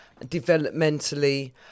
developmentally